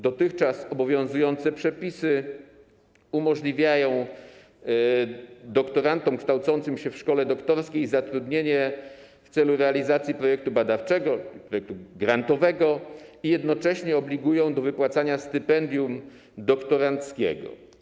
Dotychczas obowiązujące przepisy umożliwiają doktorantom kształcącym się w szkole doktorskiej zatrudnienie w celu realizacji projektu badawczego, grantowego i jednocześnie obligują do wypłacania stypendium doktoranckiego.